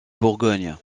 bourgogne